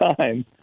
time